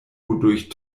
wodurch